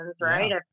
right